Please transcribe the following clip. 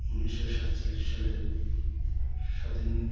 উনিশশো সাতচল্লিশ সালে স্বাধীন